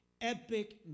epic